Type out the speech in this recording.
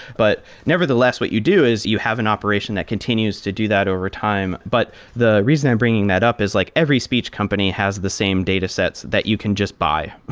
but nevertheless, what you do is you have an operation that continues to do that over time. but the reason i'm bringing that up is like every speech company has the same datasets that you can just buy.